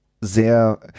sehr